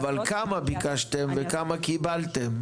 אבל כמה ביקשתם וכמה קיבלתם?